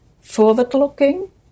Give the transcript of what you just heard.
forward-looking